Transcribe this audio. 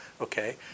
okay